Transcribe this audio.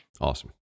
Awesome